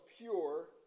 pure